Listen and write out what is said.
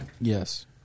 Yes